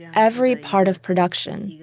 every part of production,